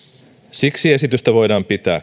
siksi esitystä voidaan pitää